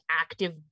active